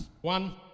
One